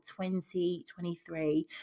2023